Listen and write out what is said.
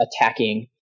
attacking